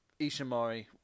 Ishimori